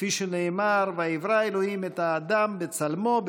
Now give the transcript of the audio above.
כפי שנאמר: "ויברא אלהים את האדם בצלמו,